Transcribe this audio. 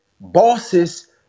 bosses